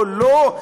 או לא.